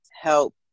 help